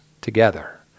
together